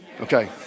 Okay